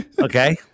Okay